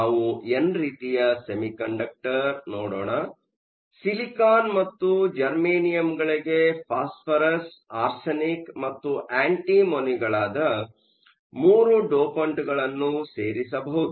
ನಾವು ಎನ್ ರೀತಿಯ ಸೆಮಿಕಂಡಕ್ಟರ್ ನೋಡೋಣ ಸಿಲಿಕಾನ್ ಮತ್ತು ಜರ್ಮೇನಿಯಮ್ಗಳಿಗೆ ಫಾಸ್ಪರಸ್ ಆರ್ಸೆನಿಕ್ ಮತ್ತು ಆಂಟಿಮೊನಿಗಳಾದ 3 ಡೋಪಂಟ್ಗಳನ್ನು ಸೇರಿಸಬಹುದು